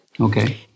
Okay